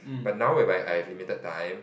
but now whereby I've limited time